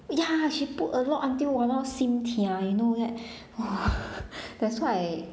ya she put a lot until !walao! sim tia you know that !wah! that's why I